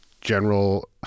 general